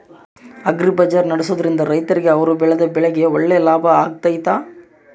Agri ಬಜಾರ್ ನಡೆಸ್ದೊರಿಂದ ರೈತರಿಗೆ ಅವರು ಬೆಳೆದ ಬೆಳೆಗೆ ಒಳ್ಳೆ ಲಾಭ ಆಗ್ತೈತಾ?